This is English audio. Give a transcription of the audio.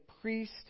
priest